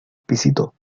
pisito